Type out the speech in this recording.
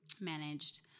managed